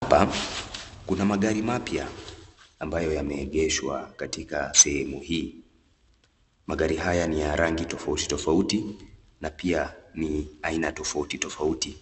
Hapa kuna magari mapya ambayo yameegeshwa katika sehemu hii, magari haya ni ya rangi tofauti tofauti na pia ni aina tofauti tofauti,